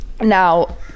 Now